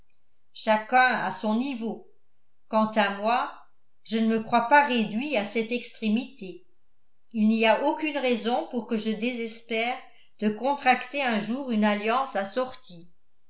chacun a son niveau quant à moi je ne me crois pas réduit à cette extrémité il n'y a aucune raison pour que je désespère de contracter un jour une alliance assortie